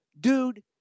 dude